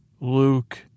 Luke